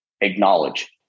acknowledge